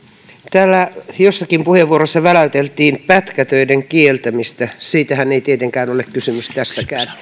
täällä jossakin puheenvuorossa väläyteltiin pätkätöiden kieltämistä siitähän ei tietenkään ole kysymys tässäkään